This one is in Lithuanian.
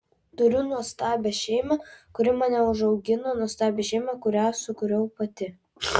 turiu nuostabią šeimą kuri mane užaugino nuostabią šeimą kurią sukūriau pati